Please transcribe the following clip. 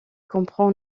comprend